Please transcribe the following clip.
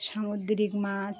সামুদ্রিক মাছ